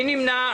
מי נמנע?